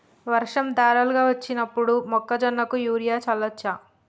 వర్షం ధారలుగా వచ్చినప్పుడు మొక్కజొన్న కు యూరియా చల్లచ్చా?